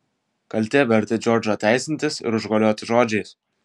kaltė vertė džordžą teisintis ir užgaulioti žodžiais